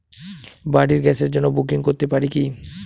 বাড়ির গ্যাসের জন্য বুকিং করতে পারি কি?